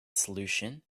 solution